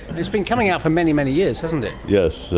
it's been coming out for many, many years, hasn't it. yes,